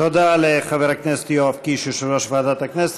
תודה לחבר הכנסת יואב קיש, יושב-ראש ועדת הכנסת.